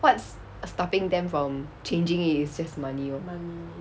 what's stopping them from changing is just money lor